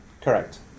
Correct